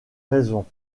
raison